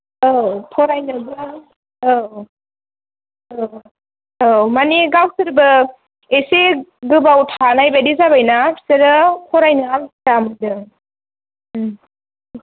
औ फरायनोबो औ औ औ मानि गावसोरबो इसे गोबाव थानाय बायदि जाबाय ना बिसोरो फरायनो अलसिया मोनदों